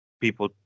People